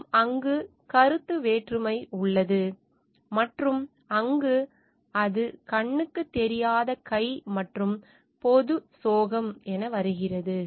மற்றும் அங்கு கருத்து வேற்றுமை உள்ளது மற்றும் அங்கு அது கண்ணுக்கு தெரியாத கை மற்றும் பொது சோகம் வருகிறது